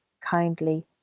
kindly